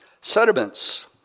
Sediments